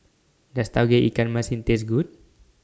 Does Tauge Ikan Masin Taste Good